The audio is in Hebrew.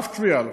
אף תביעה.